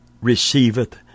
receiveth